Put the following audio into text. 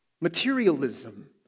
Materialism